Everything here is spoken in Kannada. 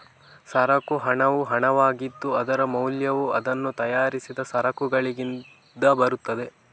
ಸರಕು ಹಣವು ಹಣವಾಗಿದ್ದು, ಅದರ ಮೌಲ್ಯವು ಅದನ್ನು ತಯಾರಿಸಿದ ಸರಕುಗಳಿಂದ ಬರುತ್ತದೆ